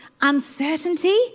Uncertainty